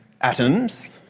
Atoms